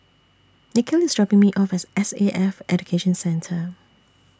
Nikhil IS dropping Me off At The S A F Education Centre